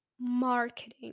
marketing